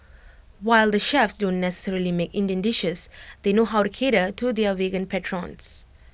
while the chefs don't necessarily make Indian dishes they know how to cater to their vegan patrons